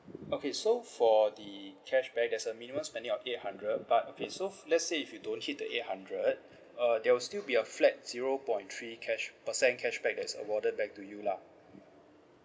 okay so for the cashback there's a minimum spending of eight hundred but okay so let's say if you don't hit the eight hundred uh there will still be a flat zero point three cash percent cashback that's awarded back to you lah